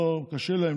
קשה להם,